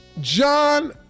John